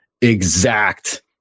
exact